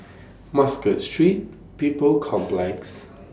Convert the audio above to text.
Muscat Street People's Complex